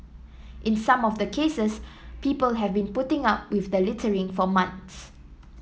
in some of the cases people have been putting up with the littering for months